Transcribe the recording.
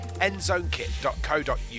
endzonekit.co.uk